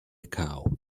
cow